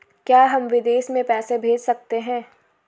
क्या हम विदेश में पैसे भेज सकते हैं?